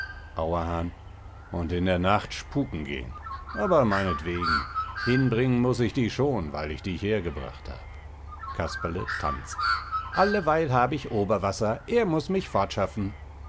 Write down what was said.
auerhahn und in der nacht spuken gehen aber meintwegen hinbringen muß ich dich schon weil ich dich hergebracht hab casperle tanzt alleweil hab ich oberwaßer er muß mich fortschaffen